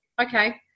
Okay